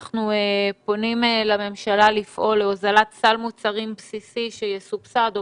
אנחנו פונים לממשלה לפעול להוזלת סל מוצרים בסיסי שיסובסד או